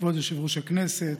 כבוד יושב-ראש הכנסת,